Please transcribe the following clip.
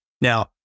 Now